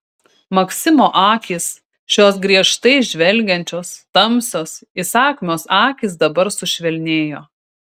maksimo akys šios griežtai žvelgiančios tamsios įsakmios akys dabar sušvelnėjo